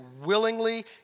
willingly